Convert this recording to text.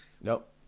Nope